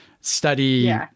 study